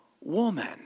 woman